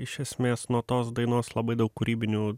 iš esmės nuo tos dainos labai daug kūrybinių